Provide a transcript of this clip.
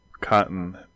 cotton